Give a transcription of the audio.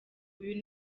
uyu